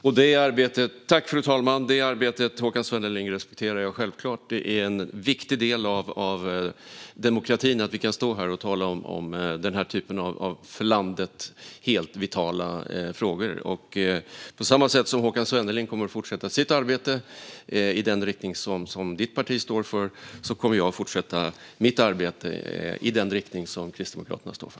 Fru talman! Det arbetet respekterar jag självklart, Håkan Svenneling. Att vi kan stå här och debattera för landet helt vitala frågor är en viktig del av demokratin. På samma sätt som Håkan Svenneling kommer att fortsätta sitt arbete i den riktning som hans parti står för kommer jag att fortsätta mitt arbete i den riktning som Kristdemokraterna står för.